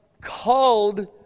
called